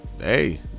Hey